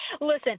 Listen